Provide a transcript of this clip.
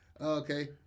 Okay